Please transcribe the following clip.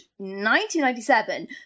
1997